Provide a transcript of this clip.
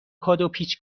کادوپیچ